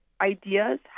ideas